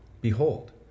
Behold